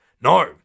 No